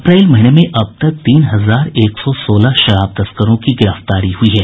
अप्रैल महीने में अब तक तीन हजार एक सौ सोलह शराब तस्करों की गिरफ्तारी हुई है